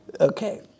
Okay